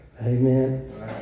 Amen